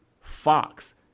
Fox